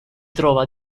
trova